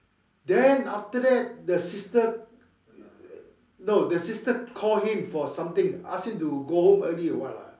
then after that the sister no the sister call him for something ask him to go home early or [what] lah